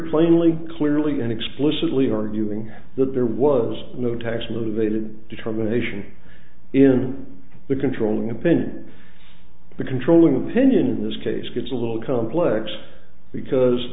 plainly clearly and explicitly arguing that there was no tax motivated determination in the controlling opinion the controlling opinion in this case gets a little complex because